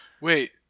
wait